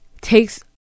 takes